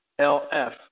LF